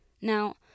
Now